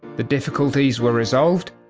the difficulties were resolved,